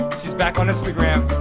she's back on instagram